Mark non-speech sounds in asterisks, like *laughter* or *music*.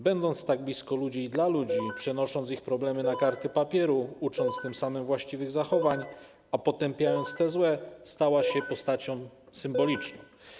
Będąc tak blisko ludzi i dla ludzi, *noise* przenosząc ich problemy na karty papieru, ucząc tym samym właściwych zachowań, a potępiając te złe, stała się postacią symboliczną.